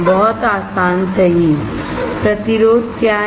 बहुत आसान सही प्रतिरोध क्या है